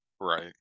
right